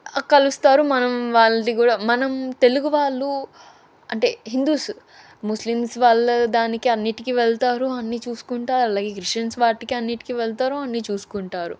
కలుస్తారు మనం వాళ్ళది కూడా మనం తెలుగు వాళ్ళు అంటే హిందూస్ ముస్లిమ్స్ వాళ్ళ దానికి అన్నిటికీ వెళతారు అన్నీ చూసుకుంటూ అలాగే క్రిస్టియన్ వాటికి అన్నింటికీ వెళతారు అన్నీ చూసుకుంటారు